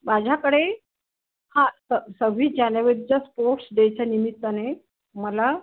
माझ्याकडे हा स सव्वीस जानेवारीच स्पोर्ट्स डेचं निमित्ताने मला